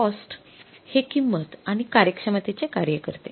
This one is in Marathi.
कॉस्ट हे किंमत आणि कार्यक्षमतेचे कार्य करते